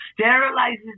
sterilizes